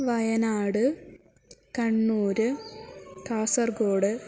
Wayanad Kannur Kasaragod